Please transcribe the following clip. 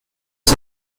عند